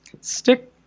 stick